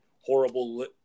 horrible